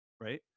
right